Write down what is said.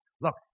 Look